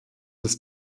des